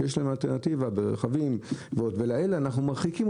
שיש להם אלטרנטיבה ברכב שלהם ואותם אנחנו מרחיקים